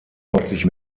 deutlich